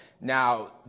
Now